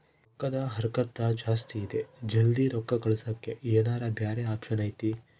ರೊಕ್ಕದ ಹರಕತ್ತ ಜಾಸ್ತಿ ಇದೆ ಜಲ್ದಿ ರೊಕ್ಕ ಕಳಸಕ್ಕೆ ಏನಾರ ಬ್ಯಾರೆ ಆಪ್ಷನ್ ಐತಿ?